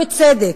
בצדק.